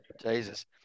Jesus